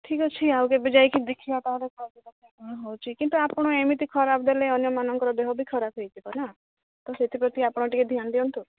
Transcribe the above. ଠିକ୍ ଅଛି ଆଉ କେବେ ଯାଇକି ଦେଖିବା ହେଉଛି କିନ୍ତୁ ଆପଣ ଏମିତି ଖରାପ ଦେଲେ ଅନ୍ୟ ମାନଙ୍କର ଦେହ ବି ଖରାପ ହେଇଯିବନା ତ ସେଥିପ୍ରତି ଆପଣ ଟିକେ ଧ୍ୟାନ ଦିଅନ୍ତୁ